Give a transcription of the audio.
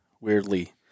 weirdly